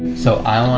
so i want